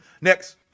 Next